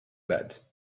bad